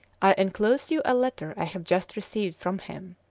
i enclose you a letter i have just received from him.